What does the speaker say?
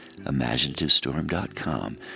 ImaginativeStorm.com